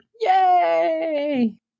Yay